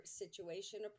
situation